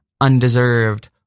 undeserved